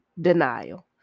denial